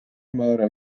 mare